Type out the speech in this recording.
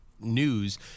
news